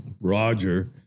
Roger